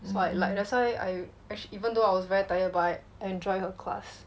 so I like that's why I actually even though I was very tired but I enjoy her class